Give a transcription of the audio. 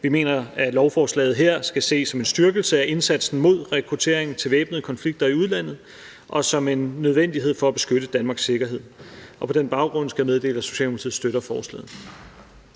Vi mener, at lovforslaget her skal ses som en styrkelse af indsatsen mod rekruttering til væbnede konflikter i udlandet og som en nødvendighed for at beskytte Danmarks sikkerhed. På den baggrund skal jeg meddele, at Socialdemokratiet støtter forslaget.